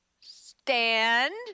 Stand